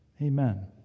Amen